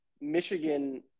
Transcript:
Michigan